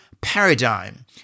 paradigm